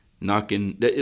knocking –